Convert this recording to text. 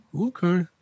Okay